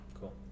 Cool